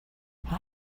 how